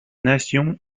nation